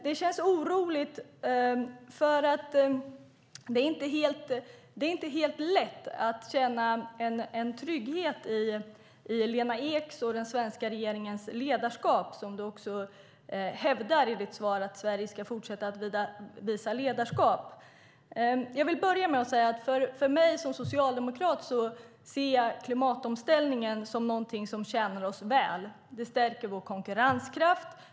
Det är inte helt lätt att känna trygghet i Lena Eks och den svenska regeringens ledarskap; hon hävdar i sitt svar att Sverige ska fortsätta att visa ledarskap. Som socialdemokrat ser jag klimatomställningen som något som tjänar oss väl. Den stärker vår konkurrenskraft.